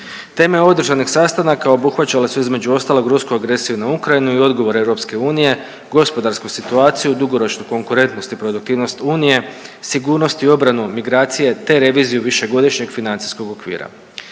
Teme održanih sastanaka obuhvaćale su između ostalog rusku agresiju na Ukrajinu i odgovor EU, gospodarsku situaciju, dugoročnu konkurentnost i produktivnost Unije, sigurnost i obranu, migracije te reviziju Višegodišnjeg financijskog okvira.